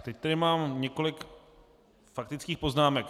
Teď tady mám několik faktických poznámek.